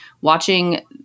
watching